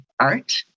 art